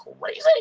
crazy